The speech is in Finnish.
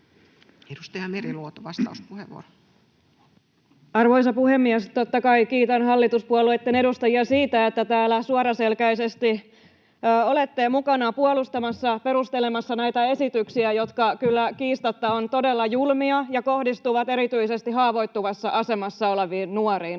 Edustaja Meriluoto, vastauspuheenvuoro. Arvoisa puhemies! Totta kai kiitän hallituspuolueitten edustajia siitä, että täällä suoraselkäisesti olette mukana puolustamassa, perustelemassa näitä esityksiä, jotka kyllä kiistatta ovat todella julmia ja kohdistuvat erityisesti haavoittuvassa asemassa oleviin nuoriin,